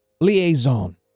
liaison